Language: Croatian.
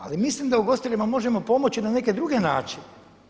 Ali mislim da ugostiteljima možemo pomoći na neke druge načine.